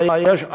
מה יש?